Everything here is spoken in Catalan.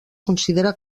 considera